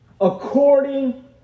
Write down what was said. according